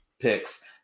picks